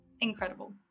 incredible